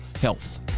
health